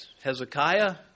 Hezekiah